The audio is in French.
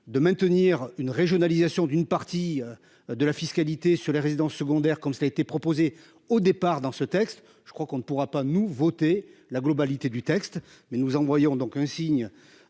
de maintenir une régionalisation d'une partie de la fiscalité sur les résidences secondaires comme ça a été proposé au départ dans ce texte, je crois qu'on ne pourra pas nouveauté la globalité du texte mais nous en voyons donc un signe